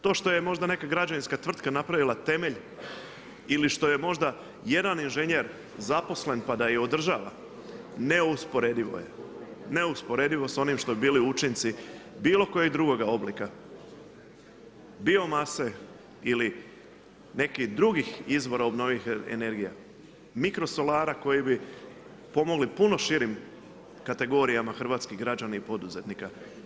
To što je možda neka građevinska tvrtka napravila temelj ili što je možda jedan inženjer zaposlen pa da je održava, neusporedivo je, neusporedivo s onim što bi bili učinci bilo kojeg drugoga oblika, bio mase ili nekih drugih izvora obnovljivih energija, mikrosolara koji bi pomogli puno širim kategorija hrvatskih građana i poduzetnika.